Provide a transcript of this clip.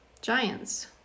Giants